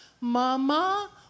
mama